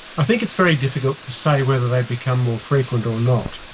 i think it's very difficult to say whether they've become more frequent or not,